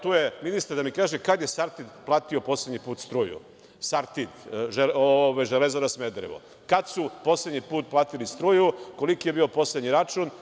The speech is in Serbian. Tu je ministar da mi kaže kad je „Sartid“ platio poslednji put struju, „Sartid“, „Železara Smederevo“, kad su poslednji put platili struju, koliki je bio poslednji račun?